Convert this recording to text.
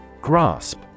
Grasp